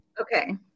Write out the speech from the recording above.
Okay